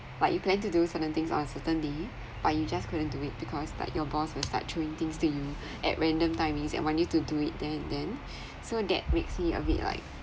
but you plan to do certain things on certain day but you just couldn't do it because like your boss will start throwing things to you at random timings and want you to do it then and then so that makes me a bit like